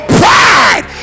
pride